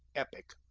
epic.